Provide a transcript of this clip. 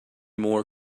more